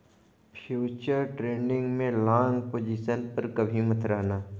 futures trading में long position पर कभी मत रहना